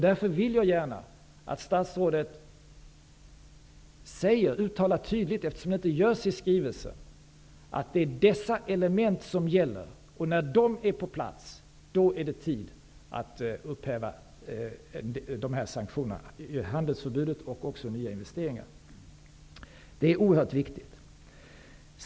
Därför vill jag gärna att statsrådet tydligt uttalar, eftersom det inte görs i skrivelsen, att det är dessa element som gäller, och när de är på plats är det tid att upphäva sanktionerna, handelsförbudet och förbudet mot nyinvesteringar. Det är oerhört viktigt.